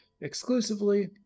exclusively